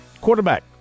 Quarterback